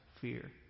fear